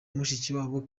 mushikiwabo